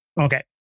Okay